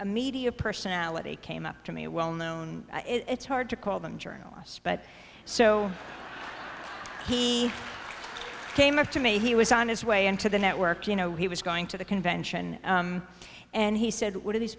a media personality came up to me a well known it's hard to call them journalists but so and he came up to me he was on his way into the network you know he was going to the convention and he said what are these